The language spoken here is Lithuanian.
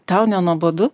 tau nenuobodu